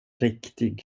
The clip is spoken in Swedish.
riktig